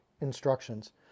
Instructions